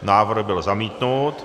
Návrh byl zamítnut.